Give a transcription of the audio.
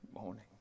morning